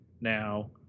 now